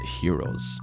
heroes